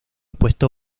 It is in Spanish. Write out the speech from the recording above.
puesto